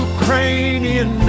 Ukrainian